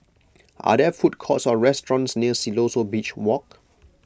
are there food courts or restaurants near Siloso Beach Walk